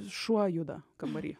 šuo juda kambary